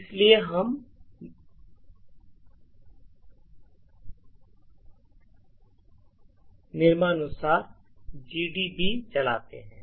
इसलिए हम निम्नानुसार GDB चलाते हैं